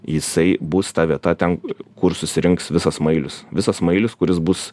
jisai bus ta vieta ten kur susirinks visas mailius visas mailius kuris bus